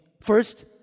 First